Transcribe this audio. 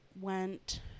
went